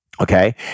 Okay